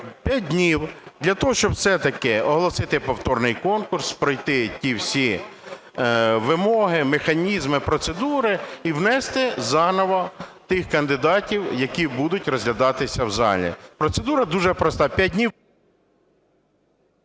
П'ять днів для того, щоб все-таки оголосити повторний конкурс, пройти ті всі вимоги, механізми, процедури і внести заново тих кандидатів, які будуть розглядатися в залі. Процедура дуже проста, п'ять днів…